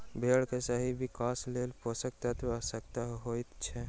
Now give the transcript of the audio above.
भेंड़ के सही विकासक लेल पोषण तत्वक आवश्यता होइत छै